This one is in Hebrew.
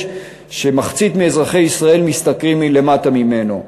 שמחצית מאזרחי ישראל משתכרים למטה ממנו.